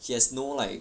he has no like